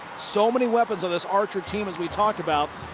so many weapons on this archer team as we talked about.